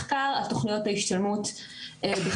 מחקר על תוכניות ההשתלמות בחקלאות,